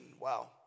Wow